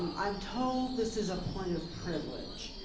um i'm told this is a point of privilege.